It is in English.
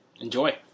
Enjoy